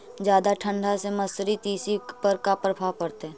जादा ठंडा से मसुरी, तिसी पर का परभाव पड़तै?